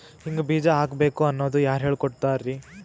ಹಿಂಗ್ ಬೀಜ ಹಾಕ್ಬೇಕು ಅನ್ನೋದು ಯಾರ್ ಹೇಳ್ಕೊಡ್ತಾರಿ?